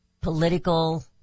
political